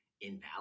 invalid